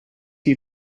you